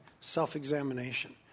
self-examination